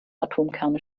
atomkerne